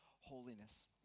holiness